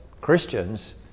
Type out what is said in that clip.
Christians